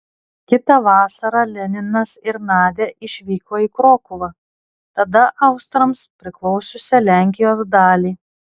kitą vasarą leninas ir nadia išvyko į krokuvą tada austrams priklausiusią lenkijos dalį